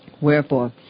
Wherefore